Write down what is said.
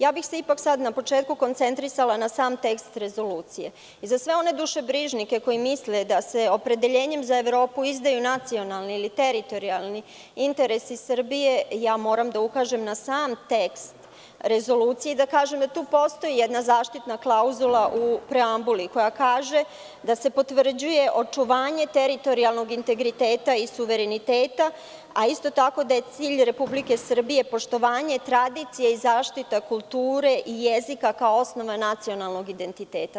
Ipak bih se sad na početku koncentrisala na sam tekst rezolucije i za sve one dušebrižnike koji misle da se opredeljenjem za Evropu izdaju nacionalni ili teritorijalni interesi Srbije, moram da ukažem na sam tekst rezolucije i da kažem da tu postoji jedna zaštitna klauzula u preambuli koja kaže da se potvrđuje očuvanje teritorijalnog integriteta i suvereniteta, a isto tako da je cilj Republike Srbije poštovanje tradicije i zaštita kulture i jezika kao osnovne nacionalnog identiteta.